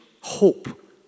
hope